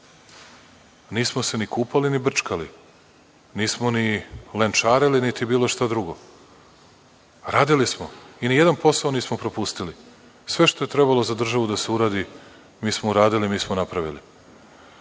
Nismo se ni kupali, ni brčkali. Nismo ni lenčarili, niti bilo šta drugo. Radili smo i nijedan posao nismo propustili. Sve što je trebalo za državu da se uradi, mi smo uradili, mi smo napravili. Vi